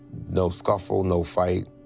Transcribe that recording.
no scuffle, no fight.